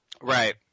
Right